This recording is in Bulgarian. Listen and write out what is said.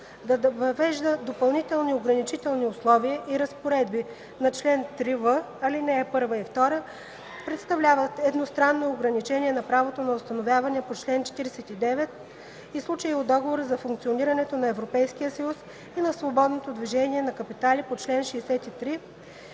да въвежда допълнителни ограничителни условия и разпоредбите на чл. 3в, ал. 1 и 2 представляват едностранно ограничение на правото на установяване по чл. 49 и следващите от Договора за функционирането на Европейския съюз и на свободното движение на капитали по чл. 63